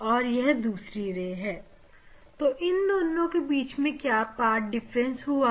और यह दूसरी रे है तो इन दोनों के बीच में क्या पाथ डिफरेंस हुआ